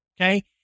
okay